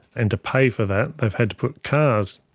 and to pay for that they've had to put cars